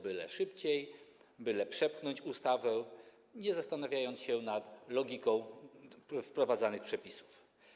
Byle szybciej, byle przepchnąć ustawę, nie zastanawiając się nad logiką wprowadzanych przepisów.